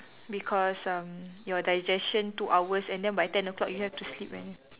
because um you digestion two hours and then by ten o-clock you have to sleep already